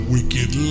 Wicked